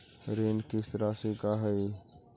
ऋण किस्त रासि का हई?